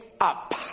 up